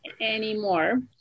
anymore